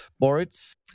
Moritz